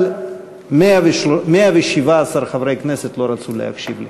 אבל 117 חברי כנסת לא רצו להקשיב לי.